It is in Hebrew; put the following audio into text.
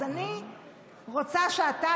אז אני רוצה שאתה,